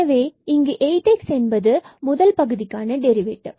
எனவே இங்கு 8x என்பது முதல் பகுதிக்கான டெரிவேட்டிவ்